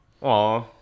Aw